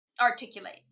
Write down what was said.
articulate